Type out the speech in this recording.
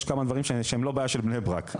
יש כמה דברים שהם לא בעיה של בני ברק,